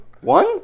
one